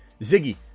Ziggy